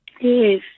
yes